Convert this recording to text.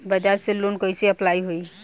बज़ाज़ से लोन कइसे अप्लाई होई?